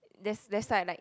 that's that's why like